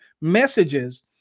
messages